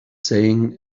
saying